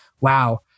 wow